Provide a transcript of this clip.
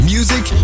Music